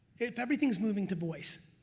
if everything is moving to voice,